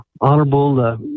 Honorable